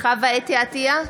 חוה אתי עטייה,